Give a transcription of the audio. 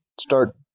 start